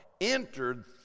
entered